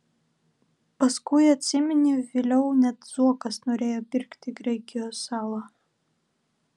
paskui atsimeni vėliau net zuokas norėjo pirkti graikijos salą